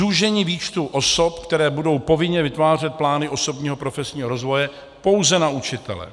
Zúžení výčtu osob, které budou povinně vytvářet plány osobního profesního rozvoje, pouze na učitele.